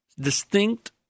distinct